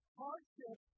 hardship